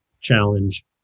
challenge